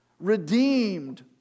redeemed